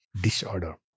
disorder